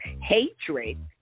hatred